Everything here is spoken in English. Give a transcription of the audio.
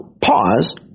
pause